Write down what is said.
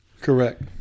Correct